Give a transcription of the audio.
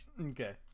Okay